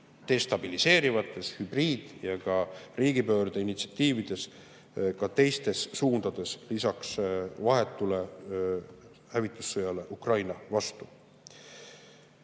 destabiliseerivate hübriid‑ ja ka riigipöörde initsiatiividega peale ka teistes suundades, lisaks vahetule hävitussõjale Ukraina vastu.